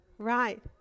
Right